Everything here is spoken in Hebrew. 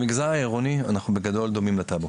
במגזר העירוני אנחנו בגדול דומים לטאבו.